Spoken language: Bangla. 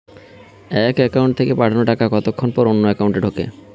এক একাউন্ট থেকে পাঠানো টাকা কতক্ষন পর অন্য একাউন্টে ঢোকে?